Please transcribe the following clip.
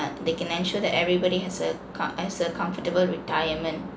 they can ensure that everybody has a com~ has a comfortable retirement